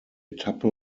etappe